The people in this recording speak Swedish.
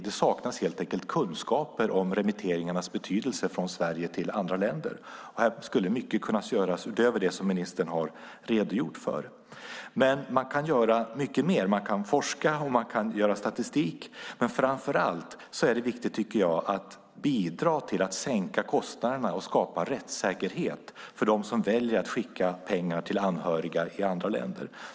Det saknas helt enkelt kunskaper om remitteringarna från Sverige till andra länder och deras betydelse. Här skulle mycket kunna göras utöver det som ministern har redogjort för. Man kan göra mycket mer. Man kan forska, och man kan upprätta statistik. Men framför allt är det viktigt att bidra till att sänka kostnaderna och skapa rättssäkerhet för dem som väljer att skicka pengar till anhöriga i andra länder.